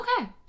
Okay